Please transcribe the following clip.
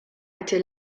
été